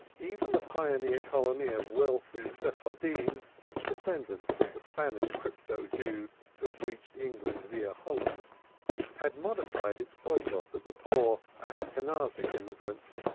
even the pioneer colony of wealthy sephardim descendants of the spanish crypto-jews who had reached england via holland had modified its boycott of the poor ashkenazic immigrants,